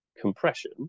compression